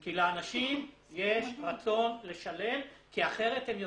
כי לאנשים יש רצון לשלם כי אחרת, הם יודעים,